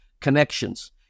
connections